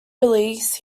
release